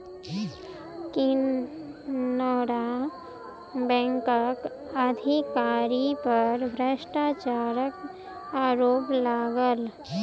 केनरा बैंकक अधिकारी पर भ्रष्टाचारक आरोप लागल